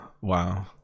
wow